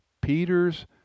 Peter's